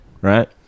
right